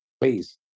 Please